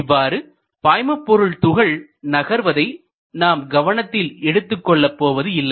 இவ்வாறு பாய்மபொருள் துகள் நகர்வதை நாம் கவனத்தில் எடுத்துக் கொள்ளப் போவது இல்லை